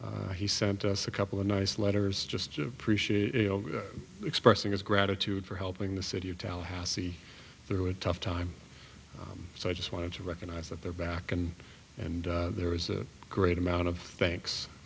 tallahassee he sent us a couple of nice letters just appreciate expressing his gratitude for helping the city of tallahassee through a tough time so i just wanted to recognize that they're back and and there was a great amount of thanks